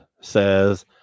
says